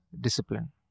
discipline